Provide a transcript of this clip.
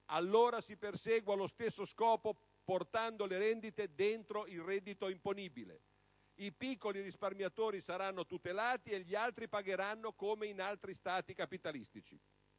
allora si persegua lo stesso scopo portando le rendite nel reddito imponibile. I piccoli risparmiatori saranno tutelati e gli altri pagheranno come in altri Stati capitalistici.